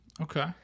Okay